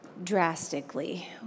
drastically